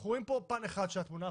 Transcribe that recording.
אנחנו רואים פה פן אחד של התמונה,